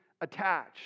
attached